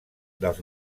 dels